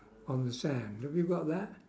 on the sand have you got that